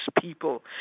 people